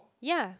ya